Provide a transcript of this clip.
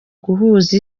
guhuza